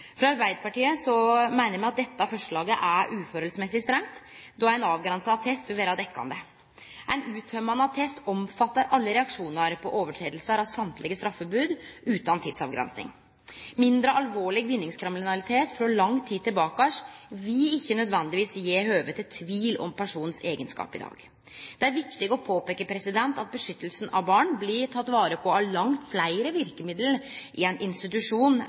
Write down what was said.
frå lang tid tilbake vil ikkje nødvendigvis gje høve til tvil om personens eigenskap i dag. Det er viktig å påpeike at beskyttelsen av barn blir teken vare på av langt fleire verkemiddel i ein institusjon